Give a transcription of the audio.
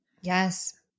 Yes